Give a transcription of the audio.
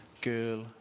girl